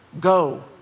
Go